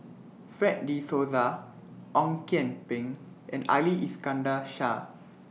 Fred De Souza Ong Kian Peng and Ali Iskandar Shah